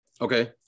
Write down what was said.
Okay